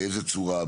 באיזה צורה,